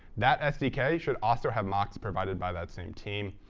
that sdk should also have mocks provided by that same team.